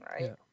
right